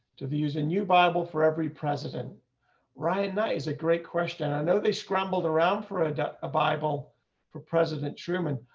to the user new bible for every president right now is a great question. i know. they scrambled around for and a bible for president truman.